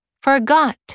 forgot